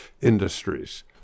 industries